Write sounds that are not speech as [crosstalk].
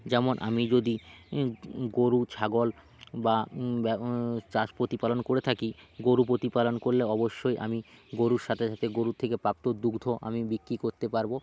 যেমন আমি যদি গরু ছাগল বা [unintelligible] চাষ প্রতিপালন করে থাকি গরু প্রতিপালন করলে অবশ্যই আমি গরুর সাথে সাথে গরুর থেকে প্রাপ্ত দুগ্ধ আমি বিক্রি করতে পারব